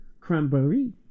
cranberry